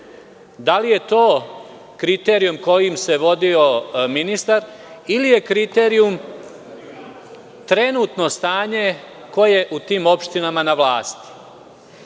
Da li je to kriterijum kojim se vodio ministar, ili je kriterijum trenutno stanje ko je u tim opštinama na vlasti,